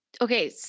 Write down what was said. okay